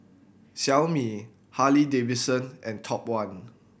Xiaomi Harley Davidson and Top One